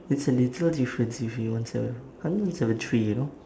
it's a little difference if you one seven I only one seven three you know